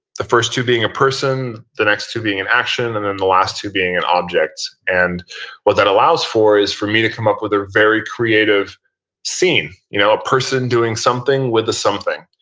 the first two being a person, the next two being an action, and then the last two being an object. and what that allows for is for me to come up with a very creative scene, you know a person doing something with a something.